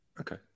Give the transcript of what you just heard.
okay